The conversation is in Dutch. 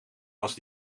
was